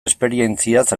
esperientziaz